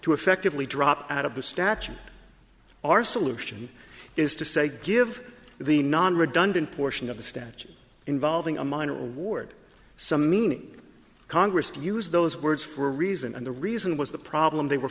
to effectively drop out of the statute our solution is to say give the non redundant portion of the statute involving a minor award some meaning congress use those words for a reason and the reason was the problem they were